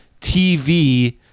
TV